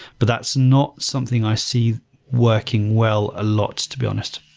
but that's not something i see working well a lot, to be honest.